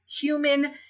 human